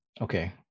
okay